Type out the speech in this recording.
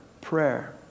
prayer